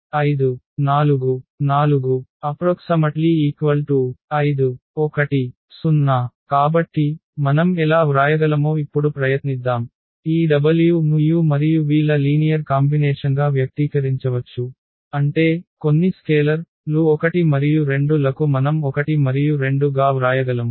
5 4 4 5 1 0 కాబట్టి మనం ఎలా వ్రాయగలమో ఇప్పుడు ప్రయత్నిద్దాం ఈ w ను u మరియు v ల లీనియర్ కాంబినేషన్గా వ్యక్తీకరించవచ్చు అంటే కొన్ని స్కేలర్ లు 1 మరియు 2 లకు మనం 1 మరియు 2 గా వ్రాయగలము